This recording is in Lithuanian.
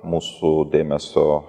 mūsų dėmesio